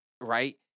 Right